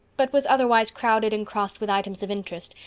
but was otherwise crowded and crossed with items of interest,